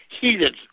heated